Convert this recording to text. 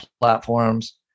platforms